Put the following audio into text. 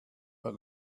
but